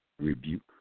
rebuke